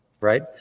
Right